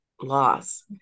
loss